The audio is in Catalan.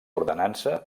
ordenança